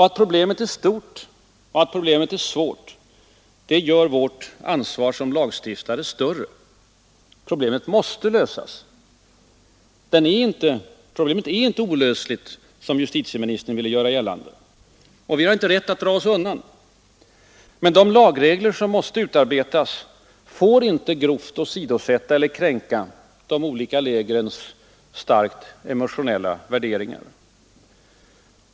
Att problemet är stort och svårt gör vårt ansvar som lagstiftare ännu större. Problemet måste lösas. Det är inte olösligt, som justitieministern ville göra gällande, och vi har inte rätt att dra oss undan. Men de lagregler Nr 93 som måste utarbetas får inte grovt åsidosätta eller kränka de olika lägrens Onsdagen den starkt emotionella värderingar.